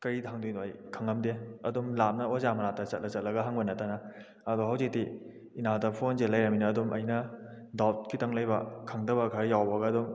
ꯀꯔꯤꯗ ꯍꯪꯗꯣꯏꯅꯣ ꯑꯩ ꯈꯪꯉꯝꯗꯦ ꯑꯗꯨꯝ ꯂꯥꯞꯅ ꯑꯣꯖꯥ ꯃꯅꯥꯛꯇ ꯆꯠꯂ ꯆꯠꯂꯒ ꯍꯪꯕ ꯅꯠꯇꯅ ꯑꯗꯣ ꯍꯧꯖꯤꯛꯇꯤ ꯏꯅꯥꯛꯇ ꯐꯣꯟꯁꯦ ꯂꯩꯔꯃꯤꯅ ꯑꯗꯨꯝ ꯑꯩꯅ ꯗꯥꯎꯠ ꯈꯤꯇꯪ ꯂꯩꯕ ꯈꯪꯗꯕ ꯈꯔ ꯌꯥꯎꯕꯒ ꯑꯗꯨꯝ